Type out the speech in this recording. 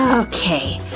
ah okay,